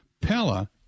Pella